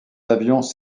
avions